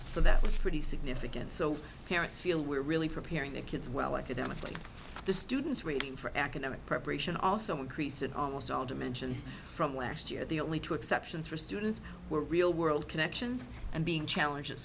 for that was pretty significant so parents feel we're really preparing the kids well academically the students reading for academic preparation also increase in almost all dimensions from last year the only two exceptions for students were real world connections and being challenge